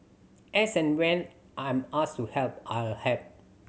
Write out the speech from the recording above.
as and when I'm asked to help I'll help